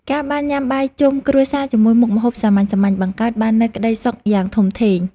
ការបានញ៉ាំបាយជុំគ្រួសារជាមួយមុខម្ហូបសាមញ្ញៗ បង្កើតបាននូវក្តីសុខយ៉ាងធំធេង។